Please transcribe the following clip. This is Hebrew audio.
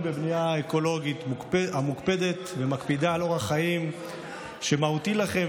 בבנייה אקולוגית מוקפדת המקפידה על אורח חיים שמהותי לכם,